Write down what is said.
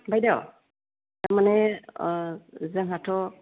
बायद' तारमाने जोंहाथ'